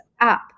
app